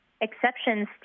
exceptions